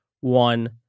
one